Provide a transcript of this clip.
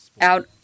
out